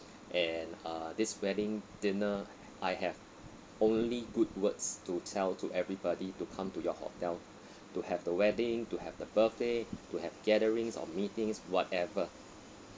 and uh this wedding dinner I have only good words to tell to everybody to come to your hotel to have the wedding to have the birthday to have gatherings or meetings whatever